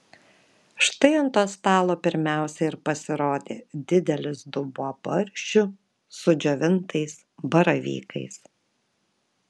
štai ant to stalo pirmiausia ir pasirodė didelis dubuo barščių su džiovintais baravykais